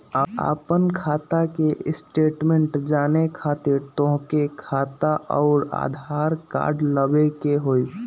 आपन खाता के स्टेटमेंट जाने खातिर तोहके खाता अऊर आधार कार्ड लबे के होइ?